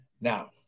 Now